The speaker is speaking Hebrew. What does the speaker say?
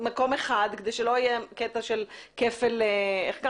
מקום אחד כדי שלא יהיה קטע של כפל תמיכה.